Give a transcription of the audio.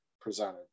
presented